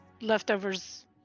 leftovers